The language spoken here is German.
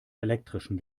elektrischen